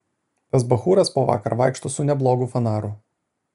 tas bachūras po vakar vaikšto su neblogu fanaru